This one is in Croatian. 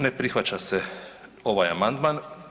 Ne prihvaća se ovaj amandman.